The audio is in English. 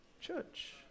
church